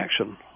action